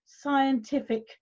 scientific